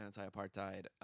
anti-apartheid